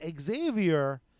Xavier